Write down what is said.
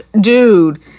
dude